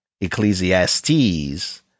Ecclesiastes